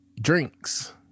drinks